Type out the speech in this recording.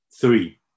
three